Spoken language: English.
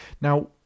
Now